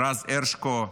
רז הרשקו,